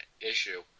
issue